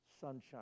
sunshine